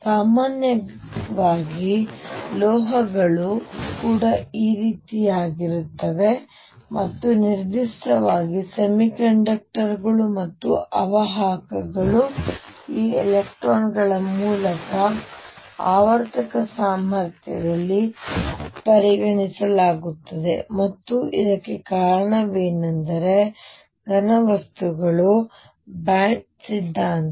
ಸಾಮಾನ್ಯವಾಗಿ ಲೋಹಗಳು ಕೂಡ ಈ ರೀತಿಯಾಗಿರುತ್ತವೆ ಮತ್ತು ನಿರ್ದಿಷ್ಟವಾಗಿ ಸೆಮಿಕಂಡಕ್ಟರ್semiconductorಗಳು ಮತ್ತು ಅವಾಹಕಗಳನ್ನು ಈ ಎಲೆಕ್ಟ್ರಾನ್ಗಳ ಮೂಲಕ ಆವರ್ತಕ ಸಾಮರ್ಥ್ಯದಲ್ಲಿ ಪರಿಗಣಿಸಲಾಗುತ್ತದೆ ಮತ್ತು ಇದಕ್ಕೆ ಕಾರಣವೆಂದರೆ ಘನವಸ್ತುಗಳ ಬ್ಯಾಂಡ್ ಸಿದ್ಧಾಂತ